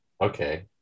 Okay